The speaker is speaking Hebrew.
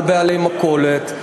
על בעלי מכולת,